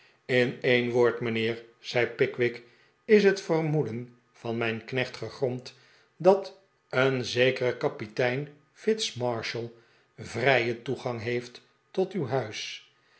in een woord mijnheer zei pickwick is het vermoeden van mijn knecht gegrond dat een zekere kapitein fitzmarshall vrij en toegang heeft tot uw huis